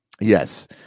Yes